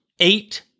Eight